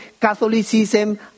Catholicism